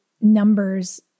numbers